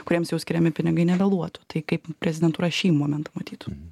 kuriems jau skiriami pinigai nevėluotų tai kaip prezidentūra šį momentą matytų